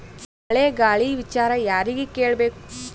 ಮಳೆ ಗಾಳಿ ವಿಚಾರ ಯಾರಿಗೆ ಕೇಳ್ ಬೇಕು?